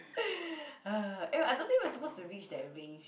eh I don't think we are supposed to reach that range